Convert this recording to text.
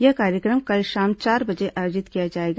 यह कार्यक्रम कल शाम चार बजे आयोजित किया जाएगा